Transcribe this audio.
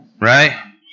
right